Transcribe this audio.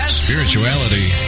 spirituality